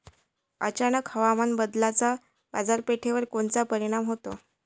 अचानक हवामान बदलाचा बाजारपेठेवर कोनचा परिणाम होतो?